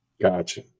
Gotcha